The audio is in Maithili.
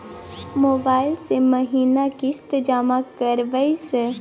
मोबाइल से महीना किस्त जमा करबै सर?